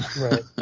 Right